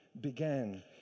began